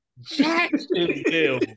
Jacksonville